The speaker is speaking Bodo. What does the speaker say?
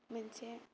मोनसे